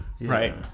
Right